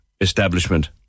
establishment